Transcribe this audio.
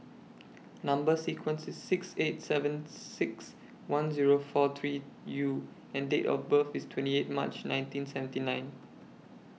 Number sequence IS six eight seven six one Zero four three U and Date of birth IS twenty eight March nineteen seventy nine